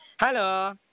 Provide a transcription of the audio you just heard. Hello